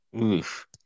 Oof